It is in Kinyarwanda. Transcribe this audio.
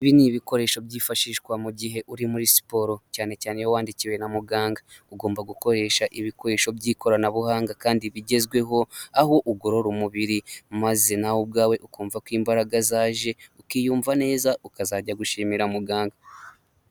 Ibi ni ibikoresho byifashishwa mu gihe uri muri siporo, cyane cyane iyo wandikiwe na muganga. Ugomba gukoresha ibikoresho by'ikoranabuhanga kandi bigezweho, aho ugorora umubiri. Maze nawe ubwawe ukumva ko imbaraga zaje, ukiyumva neza ukazajya gushimira muganga.